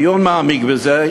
אם יהיה דיון מעמיק בזה,